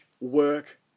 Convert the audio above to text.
work